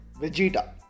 Vegeta